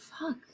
fuck